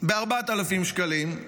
ב-4,000 שקלים,